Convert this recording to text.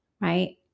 right